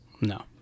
No